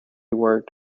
worked